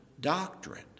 doctrine